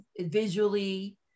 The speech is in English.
visually